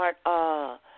start